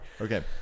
Okay